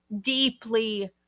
deeply